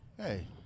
Hey